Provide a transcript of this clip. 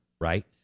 right